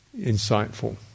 insightful